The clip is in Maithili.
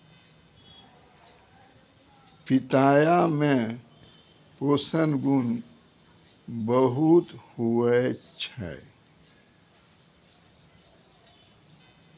पिताया मे पोषण गुण बहुते हुवै छै